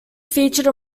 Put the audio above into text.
featured